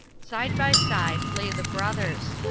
side by side lay the brothers,